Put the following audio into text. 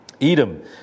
Edom